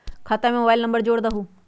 खाता में mobile number जोड़ दहु?